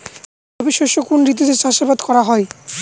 রবি শস্য কোন ঋতুতে চাষাবাদ করা হয়?